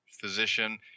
physician